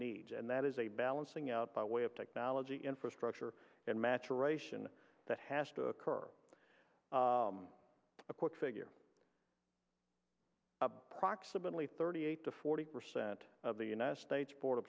needs and that is a balancing out by way of technology infrastructure and maturation that has to occur the court figure proximately thirty eight to forty percent of the united states border